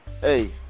hey